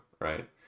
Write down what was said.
right